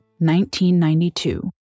1992